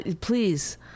Please